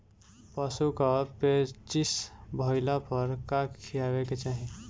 पशु क पेचिश भईला पर का खियावे के चाहीं?